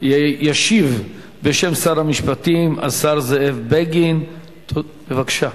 ישיב בשם שר המשפטים השר זאב בגין, בבקשה.